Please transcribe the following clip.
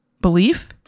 belief